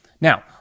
Now